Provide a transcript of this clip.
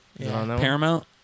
Paramount